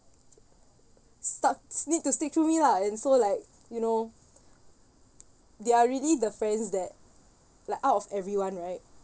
stuck need to stick to me lah and so like you know they're really the friends that like out of everyone right